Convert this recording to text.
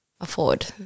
afford